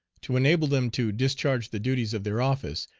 to enable them to discharge the duties of their office,